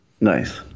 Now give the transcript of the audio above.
Nice